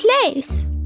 place